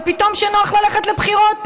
אבל כשנוח ללכת לבחירות,